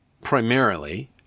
primarily